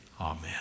amen